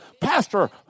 Pastor